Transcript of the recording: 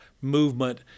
movement